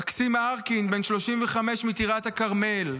מקסים הרקין, בן 35, מטירת הכרמל,